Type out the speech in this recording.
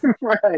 Right